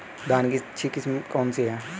धान की अच्छी किस्म कौन सी है?